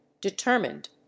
determined